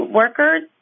workers